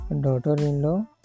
daughter-in-law